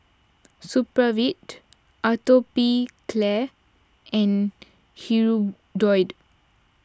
Supravit Atopiclair and Hirudoid